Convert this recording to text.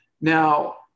Now